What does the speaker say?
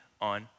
on